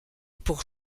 pour